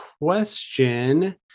question